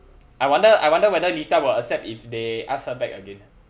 I wonder I wonder whether lisa will accept if they ask her back again